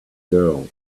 girl